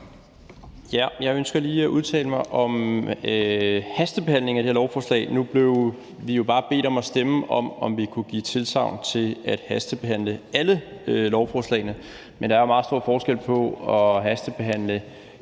Jeg ønsker lige at udtale mig om hastebehandlingen af det her lovforslag. Nu blev vi jo bare bedt om at give tilsagn til, at vi kunne hastebehandle alle lovforslagene. Men der er meget stor forskel på at hastebehandle